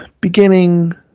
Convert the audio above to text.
beginning